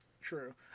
True